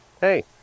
Hey